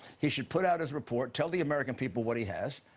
he should put out his report, tell the american people what he has.